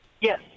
Yes